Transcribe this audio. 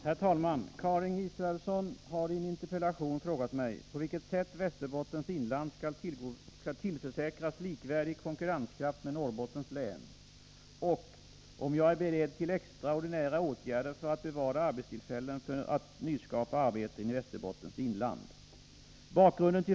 Herr talman! Karin Israelsson har i en interpellation frågat mig på vilket sätt Västerbottens inland skall tillförsäkras likvärdig konkurrenskraft med Norrbottens läns, och om jag är beredd till extra ordinära åtgärder för att bevara arbetstillfällen och nyskapa arbeten i Västerbottens inland.